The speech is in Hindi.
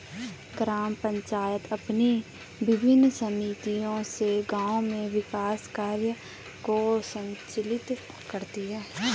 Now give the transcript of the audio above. ग्राम पंचायतें अपनी विभिन्न समितियों से गाँव में विकास कार्यों को संचालित करती हैं